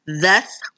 thus